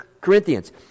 Corinthians